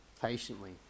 patiently